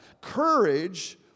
Courage